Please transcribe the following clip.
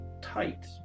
tight